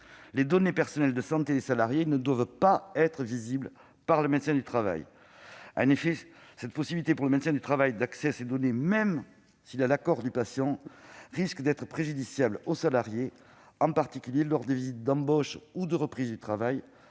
les données personnelles de santé des salariés ne doivent pas être visibles par le médecin du travail ! En effet, la possibilité pour le médecin du travail d'accéder à ces données, même avec l'accord du patient, risque d'être préjudiciable aux salariés, en particulier lors des visites d'embauche et de reprise du travail,